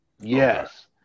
yes